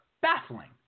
baffling